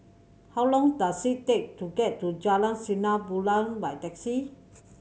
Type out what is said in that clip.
how long does it take to get to Jalan Sinar Bulan by taxi